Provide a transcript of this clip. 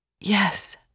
Yes